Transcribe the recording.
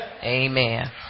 Amen